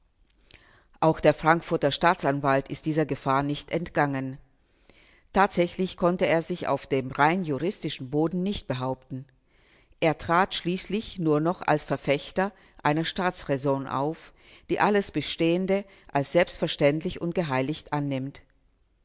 auch der frankfurter staatsanwalt ist dieser gefahr nicht entgangen tatsächlich konnte er sich auf dem rein juristischen boden nicht behaupten er trat schließlich nur noch als verfechter einer staatsraison auf die alles bestehende als selbstverständlich und geheiligt annimmt